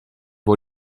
può